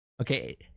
okay